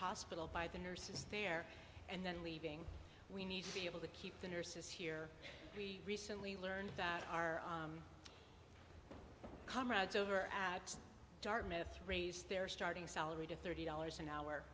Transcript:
hospital by the nurses there and then leaving we need to be able to keep the nurses here we recently learned that our comrades over at dartmouth raise their starting salary to thirty dollars an hour